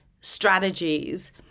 strategies